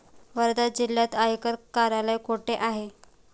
वर्धा जिल्ह्यात आयकर कार्यालय कुठे आहे?